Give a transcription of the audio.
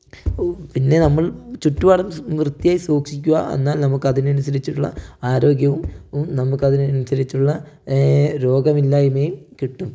പിന്നെ നമ്മൾ ചുറ്റുപാടും വൃത്തിയായി സൂക്ഷിക്കുക എന്നാൽ നമുക്ക് അതിനനുസരിച്ചുള്ള ആരോഗ്യവും നമുക്ക് അതിനനുസരിച്ചുള്ള രോഗമില്ലായ്മയും കിട്ടും